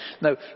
No